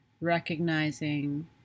recognizing